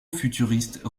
futuriste